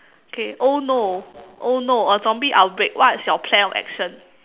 okay oh no oh no a zombie outbreak what is your plan of action